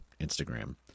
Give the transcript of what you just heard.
Instagram